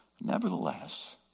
Nevertheless